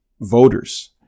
voters